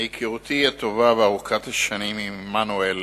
מהיכרותי הטובה וארוכת השנים עם עמנואל